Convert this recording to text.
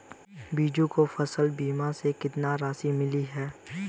बीजू को फसल बीमा से कितनी राशि मिली है?